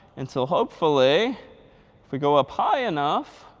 until hopefully if we go up high enough